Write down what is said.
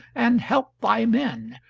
and help thy men,